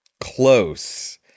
Close